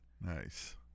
Nice